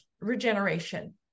regeneration